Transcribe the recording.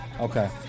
Okay